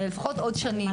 לפחות עוד שנים,